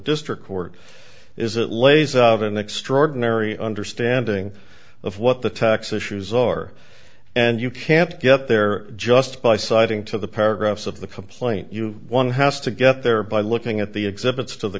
district court is it lays of an extraordinary understanding of what the tax issues or and you can't get there just by citing to the paragraphs of the complaint you one has to get there by looking at the exhibits to the